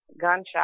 gunshot